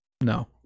no